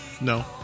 No